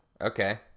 Okay